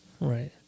Right